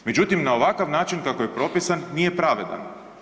Međutim, na ovakav način kako je propisan, nije pravedan.